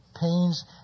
pains